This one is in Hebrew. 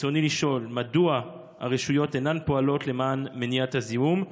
רצוני לשאול: מדוע הרשויות אינן פועלות למניעת הזיהום,